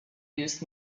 used